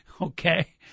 Okay